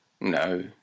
No